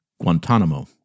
Guantanamo